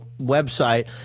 website